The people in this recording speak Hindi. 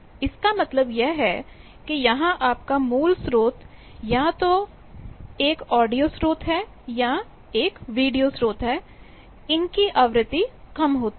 इसका मतलब यह है कि जहां आपका मूल स्रोत या तो यह एक ऑडियो स्रोत है या एक वीडियो स्रोत है इनके आवृत्ति कम होती हैं